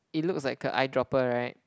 it looks like a eye dropper right